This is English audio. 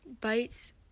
bites